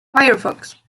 firefox